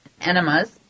enemas